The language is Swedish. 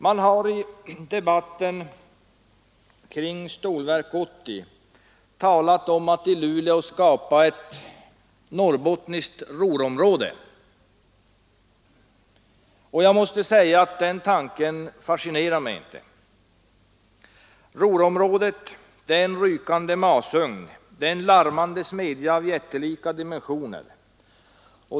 Man har i debatten om Stålverk 80 talat om att i Luleå skapa ett norrbottniskt Ruhrområde. Jag måste säga att den tanken inte fascinerar mig. Ruhrområdet är en rykande masugn, en larmande smedja av jättelika dimensioner.